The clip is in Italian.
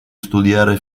studiare